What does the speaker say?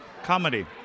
comedy